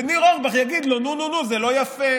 וניר אורבך יגיד לו: נו, נו, נו, זה לא יפה.